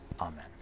Amen